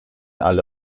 alle